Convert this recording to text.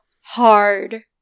hard